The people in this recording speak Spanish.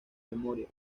memoria